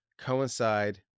coincide